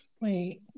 Wait